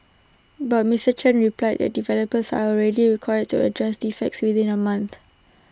but Mister Chen replied that developers are already required to address defects within A month